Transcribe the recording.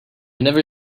never